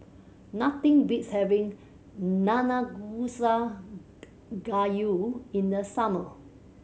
nothing beats having Nanakusa Gayu in the summer